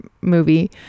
movie